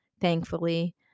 thankfully